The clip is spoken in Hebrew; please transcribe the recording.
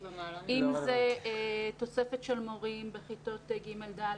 אם זה תוספת של מורים בכיתות ג' ד'